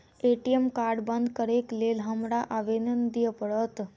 ATM card बंद करैक लेल हमरा आवेदन दिय पड़त?